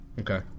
okay